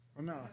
No